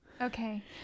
Okay